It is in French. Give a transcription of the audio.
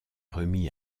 remis